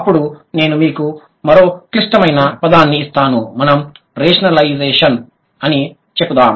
అప్పుడు నేను మీకు మరో క్లిష్టమైన పదాన్ని ఇస్తాను మనం రేషనలైజషన్ అని చెపుదాం